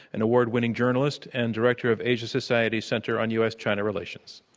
an award-winning journalist and director of asia society's center on u. s, china relations.